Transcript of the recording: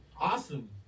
Awesome